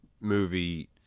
movie